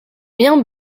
bien